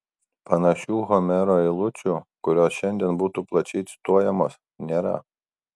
panašių homero eilučių kurios šiandien būtų plačiai cituojamos nėra